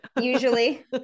Usually